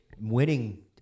Winning